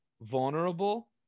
vulnerable